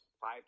five